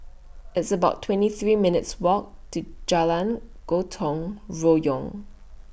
It's about twenty three minutes' Walk to Jalan Gotong Royong